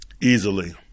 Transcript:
Easily